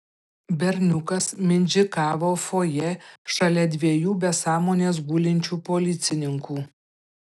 berniukas mindžikavo fojė šalia dviejų be sąmonės gulinčių policininkų